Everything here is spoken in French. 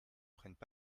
prennent